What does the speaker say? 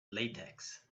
latex